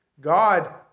God